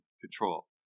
control